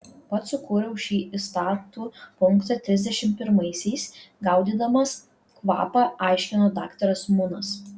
pats sukūriau šį įstatų punktą trisdešimt pirmaisiais gaudydamas kvapą aiškino daktaras munas